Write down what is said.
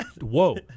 whoa